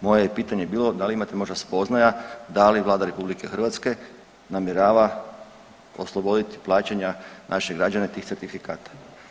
Moje je pitanje bilo da li imate možda spoznaja da li Vlada RH namjerava osloboditi plaćanja naše građane tih certifikata.